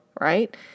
right